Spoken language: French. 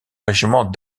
régiment